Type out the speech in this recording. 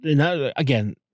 Again